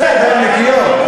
זה ידיים נקיות.